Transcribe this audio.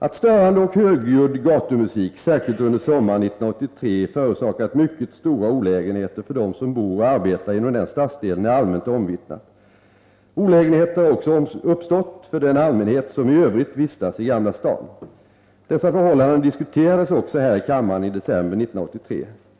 Att störande och högljudd gatumusik särskilt under sommaren 1983 förorsakat mycket stora olägenheter för dem som bor och arbetar inom den stadsdelen är allmänt omvittnat. Olägenheter har också uppstått för den allmänhet som i övrigt vistas i Gamla stan. Dessa förhållanden diskuterades också här i kammaren i december 1983.